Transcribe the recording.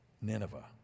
Nineveh